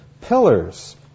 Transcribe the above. pillars